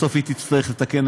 בסוף היא תצטרך לתקן,